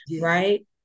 right